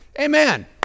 Amen